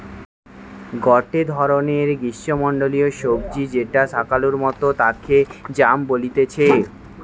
গটে ধরণের গ্রীষ্মমন্ডলীয় সবজি যেটা শাকালুর মতো তাকে য়াম বলতিছে